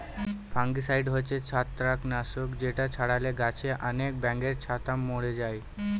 fungicide হচ্ছে ছত্রাক নাশক যেটা ছড়ালে গাছে আনেক ব্যাঙের ছাতা মোরে যায়